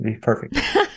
Perfect